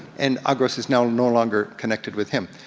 and agros is now no longer connected with him.